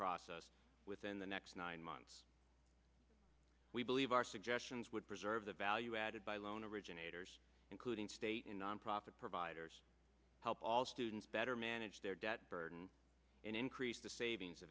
process within the next nine months we believe our suggestions would preserve the value added by loan originators including state and nonprofit providers help all students better manage their debt burden and increase the savings